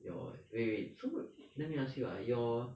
your wait wait so let me ask you ah your